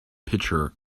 picture